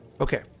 Okay